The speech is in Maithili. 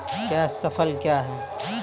कैश फसल क्या हैं?